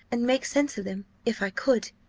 and make sense of them, if i could.